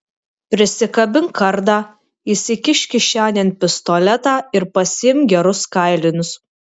prisikabink kardą įsikišk kišenėn pistoletą ir pasiimk gerus kailinius